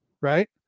right